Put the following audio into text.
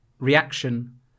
Reaction